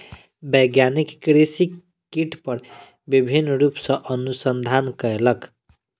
वैज्ञानिक कृषि कीट पर विभिन्न रूप सॅ अनुसंधान कयलक